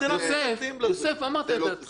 אמרת את זה, יוסף.